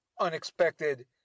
unexpected